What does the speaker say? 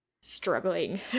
struggling